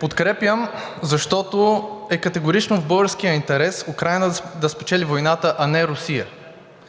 Подкрепям, защото е категорично в българския интерес Украйна да спечели войната, а не Русия.